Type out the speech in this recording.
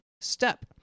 step